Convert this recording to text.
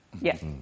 Yes